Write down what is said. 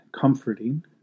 comforting